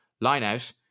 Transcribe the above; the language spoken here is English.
Line-out